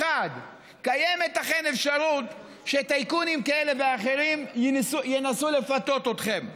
קיימת אכן אפשרות שטייקונים כאלה ואחרים ינסו לפתות אתכם,